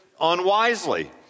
unwisely